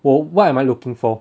w~ what am I looking for